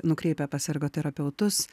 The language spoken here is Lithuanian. nukreipia pas ergoterapeutus